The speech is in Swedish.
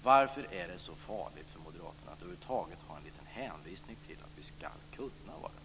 Varför är det så farligt för Moderaterna att över huvud taget ha en liten hänvisning till att vi ska kunna vara det?